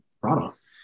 products